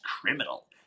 criminal